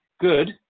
Good